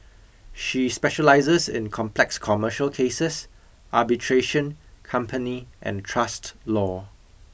she specialises in complex commercial cases arbitration company and trust law